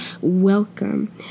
welcome